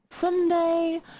Sunday